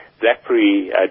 BlackBerry